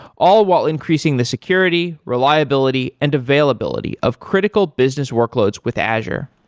all while increasing the security, reliability and availability of critical business workloads with azure.